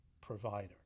provider